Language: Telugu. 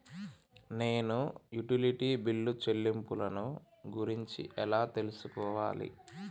నేను యుటిలిటీ బిల్లు చెల్లింపులను గురించి ఎలా తెలుసుకోవాలి?